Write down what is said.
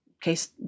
case